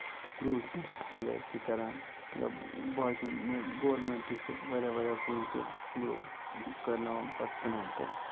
گرو أسۍ چھِ گرِ تہِ کران یا باقیٚن گورمینٹ چھِ واریاہ واریاہ کُلی تہِ گرو کرناوان پَتہٕ کٕنان تِم